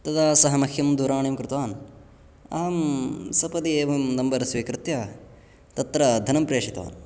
तदा सः मह्यं दूरवाणीं कृतवान् अहं सपदि एवं नम्बर् स्वीकृत्य तत्र धनं प्रेषितवान्